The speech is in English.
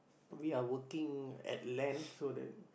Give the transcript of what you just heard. we are working at land so the